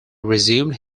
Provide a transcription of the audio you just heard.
resumed